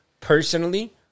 personally